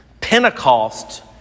Pentecost